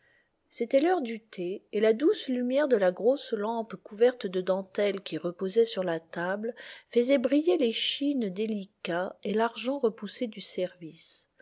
c'était l'heure du thé et la douce lumière de la grosse lampe couverte de dentelle qui reposait sur la table faisait briller les chines délicats et l'argent repoussé du service